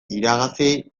iragazi